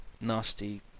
nasty